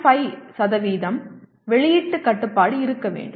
5 வெளியீட்டு கட்டுப்பாடு இருக்க வேண்டும்